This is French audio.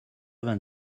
vingt